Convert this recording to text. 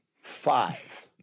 Five